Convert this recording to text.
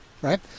right